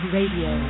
Radio